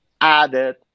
added